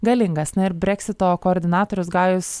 galingas na ir breksito koordinatorius gajus